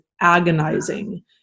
agonizing